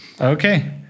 Okay